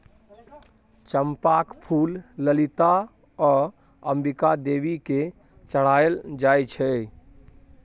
चंपाक फुल ललिता आ अंबिका देवी केँ चढ़ाएल जाइ छै